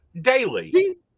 daily